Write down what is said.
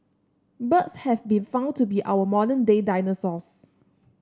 birds have been found to be our modern day dinosaurs